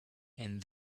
and